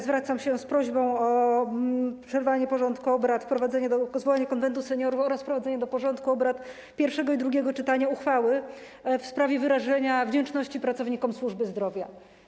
Zwracam się z prośbą o przerwanie obrad, zwołanie Konwentu Seniorów oraz wprowadzenie do porządku obrad pierwszego i drugiego czytania uchwały w sprawie wyrażenia wdzięczności pracownikom służby zdrowia.